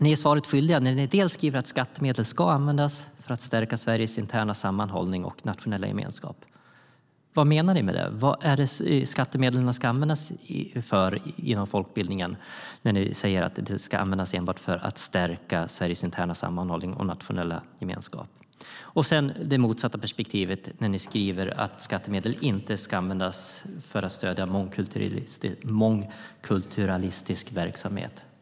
Ni är svaret skyldiga vad gäller att ni skriver att skattemedel ska användas för att stärka Sveriges interna sammanhållning och nationella gemenskap. Vad menar ni med det? Vad är det skattemedlen ska användas för inom folkbildningen när ni säger att de ska användas enbart för att stärka Sveriges interna sammanhållning och nationella gemenskap? Det motsatta perspektivet är när ni skriver att skattemedel inte ska användas för att stödja mångkulturalistisk verksamhet.